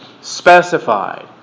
specified